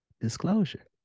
disclosure